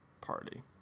party